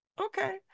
okay